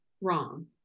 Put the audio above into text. wrong